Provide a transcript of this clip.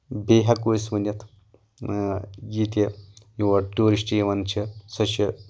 بیٚیہِ ہٮ۪کو أسۍ ؤنِتھ یہِ تہِ یور ٹیوٗرِسٹ یِوان چھِ سۄ چھےٚ